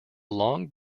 long